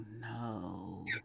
no